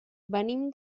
venim